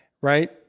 right